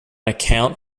account